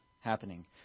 happening